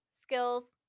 skills